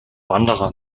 wanderer